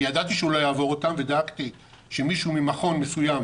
ידעתי שהוא לא יעבור אותן ודאגתי שמישהו ממכון מסוים